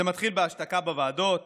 זה מתחיל בהשתקה בוועדות